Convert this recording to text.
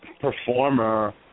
performer